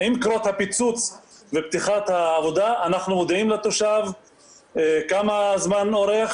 עם קרות הפיצוץ ופתיחת העבודה אנחנו מודיעים לתושב כמה זמן אורך,